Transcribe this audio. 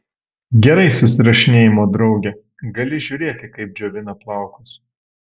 gerai susirašinėjimo drauge gali žiūrėti kaip džiovina plaukus